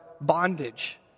bondage